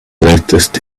latest